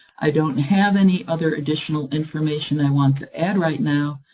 i don't have any other additional information i want to add right now,